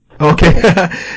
Okay